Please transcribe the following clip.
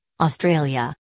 Australia